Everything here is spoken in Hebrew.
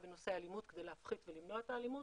בנושא אלימות כדי להפחית ולמנוע את האלימות,